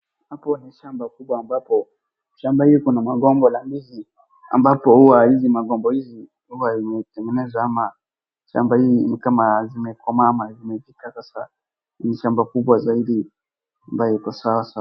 Hapo ni shamba kubwa ambapo shamba hii kuna magombo la ndizi, ambapo huwa hizi magombo hizi huwa imetengenezwa ama shamba hii ni kama zimekomaa ama zimefika sasa. Ni shamba kubwa zaidi ambayo iko sawa.